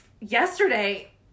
yesterday